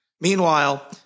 Meanwhile